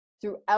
throughout